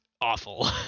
awful